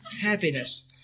Happiness